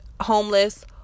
homeless